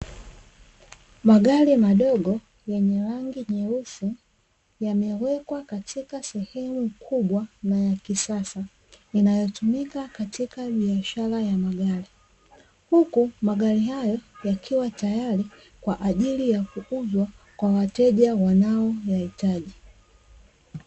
Magari madogo yenye rangi nyeusi, yamewekwa katika sehemu kubwa na ya kisasa, inayotumika katika biashara ya magari. Huku magari hayo yakiwa tayari kwa ajili ya kuuzwa kwa wateja wanao yahitaji.